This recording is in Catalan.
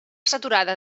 saturada